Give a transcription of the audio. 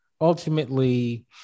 ultimately